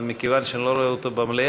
אבל מכיוון שאני לא רואה אותו במליאה,